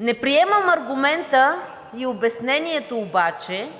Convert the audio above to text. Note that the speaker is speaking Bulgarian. Не приемам аргумента и обяснението обаче